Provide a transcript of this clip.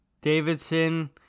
Davidson